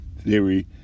theory